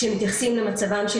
שמתייחסים למצבם של